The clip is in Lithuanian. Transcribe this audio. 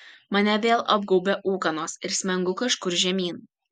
mane vėl apgaubia ūkanos ir smengu kažkur žemyn